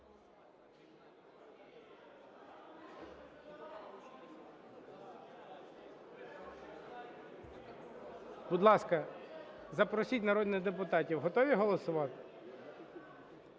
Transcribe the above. Будь ласка, запросіть народних депутатів. Готові голосувати?